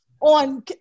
on